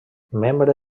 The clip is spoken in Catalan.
membre